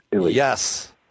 Yes